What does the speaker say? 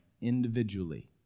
individually